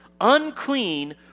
unclean